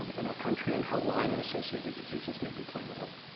um in our country, and how lyme and associated diseases may be playing a role.